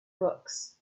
books